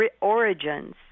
origins